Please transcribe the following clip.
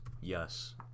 Yes